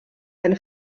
eine